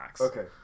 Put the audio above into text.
Okay